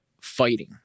fighting